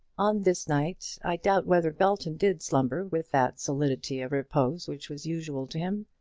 on this night i doubt whether belton did slumber with that solidity of repose which was usual to him.